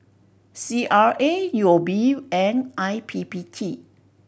C R A U O B and I P P T